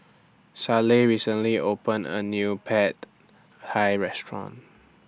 Sallie recently opened A New Pad Hi Restaurant